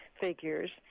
figures